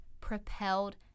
propelled